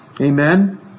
Amen